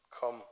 come